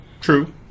True